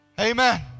Amen